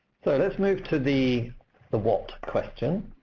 so let's move to the the what question.